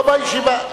לא בישיבה.